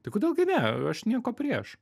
tai kodėl gi ne aš nieko prieš